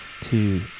two